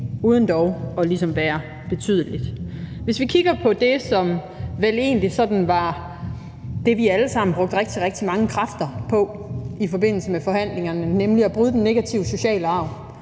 det dog er gået betydeligt tilbage. Vi kan så kigge på det, som vel egentlig var det, vi alle sammen brugte rigtig, rigtig mange kræfter på i forhandlingerne, nemlig at bryde den negative sociale arv: